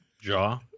jaw